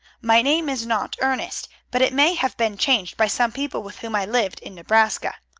my name is not ernest, but it may have been changed by some people with whom i lived in nebraska.